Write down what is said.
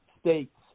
states